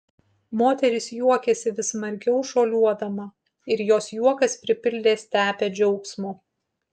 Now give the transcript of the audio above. moteris juokėsi vis smarkiau šuoliuodama ir jos juokas pripildė stepę džiaugsmo